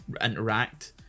interact